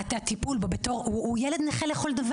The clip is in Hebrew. בלהה תרחיב בנושא כאימא לילד יותר צעיר.